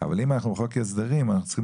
אבל אם אנחנו בחוק הסדרים אנחנו צריכים